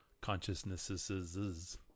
consciousnesses